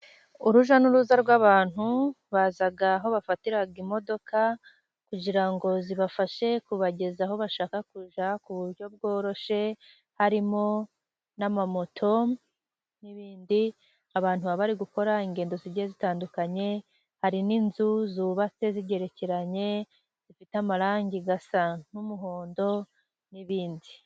Urujya n'uruza rw'abantu baza aho bafatira imodoka, kugira ngo zibafashe kubageza aho bashaka kujya ku buryo bworoshye, harimo n'amamoto n'ibindi. Abantu baba bari gukora ingendo zigiye zitandukanye, hari n'inzu zubatse zigerekeranye zifite amarangi asa n'umuhondo n'ibindi.